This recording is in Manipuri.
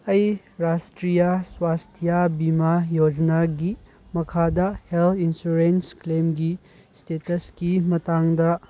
ꯑꯩ ꯔꯥꯁꯇ꯭ꯔꯤꯌꯥ ꯁ꯭ꯋꯥꯁꯇꯤꯌꯥ ꯕꯤꯃꯥ ꯌꯣꯖꯅꯥꯒꯤ ꯃꯈꯥꯗ ꯍꯦꯜ ꯏꯟꯁꯨꯔꯦꯟꯁ ꯀ꯭ꯂꯦꯝꯒꯤ ꯏꯁꯇꯦꯇꯁꯀꯤ ꯃꯇꯥꯡꯗ